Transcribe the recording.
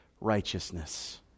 righteousness